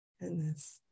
goodness